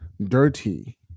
dirty